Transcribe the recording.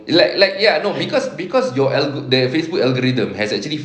like like ya no cause cause your algo~ the facebook algorithm has actually